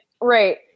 Right